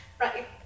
Right